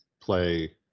play